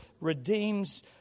redeems